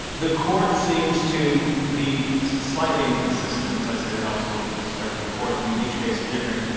the court seems to be slightly inconsistent. i say that obviously with respect to the courts. i mean, each case is different.